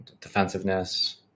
defensiveness